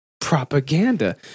propaganda